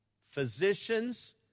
physicians